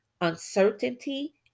uncertainty